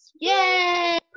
Yay